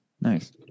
nice